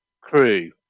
crew